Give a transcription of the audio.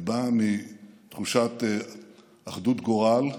היא באה מתחושת אחדות גורל,